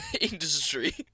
Industry